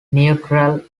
neutral